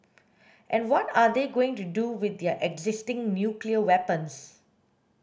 and what are they going to do with their existing nuclear weapons